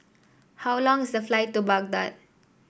how long is the flight to Baghdad